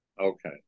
Okay